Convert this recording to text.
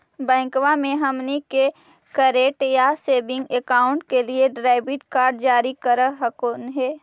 बैंकवा मे हमनी के करेंट या सेविंग अकाउंट के लिए डेबिट कार्ड जारी कर हकै है?